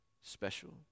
special